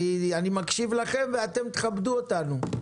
תכבדו אותנו.